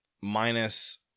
minus